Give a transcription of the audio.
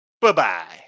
Bye-bye